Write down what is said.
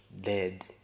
dead